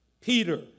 Peter